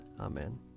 Amen